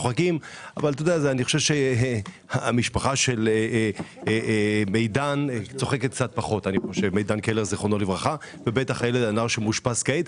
אבל המשפחה של מיידן קלר ז"ל צוחקת פחות ובטח הנער שמאושפז כעת.